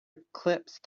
eclipse